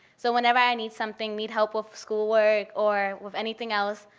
so whenever i need something, need help with schoolwork or with anything else,